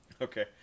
Okay